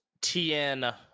TN